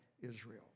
Israel